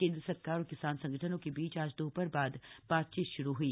केन्द्र सरकार और किसान संगठनों के बीच आज दोपहर बाद बातचीत शुरू ह्ई